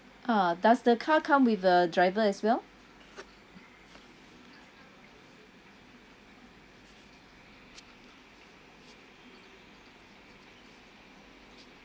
ah does the car come with the driver as well